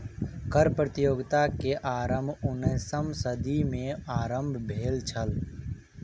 कर प्रतियोगिता के आरम्भ उन्नैसम सदी में आरम्भ भेल छल